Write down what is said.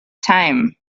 time